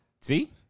See